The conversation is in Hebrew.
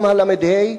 הם הל"ה,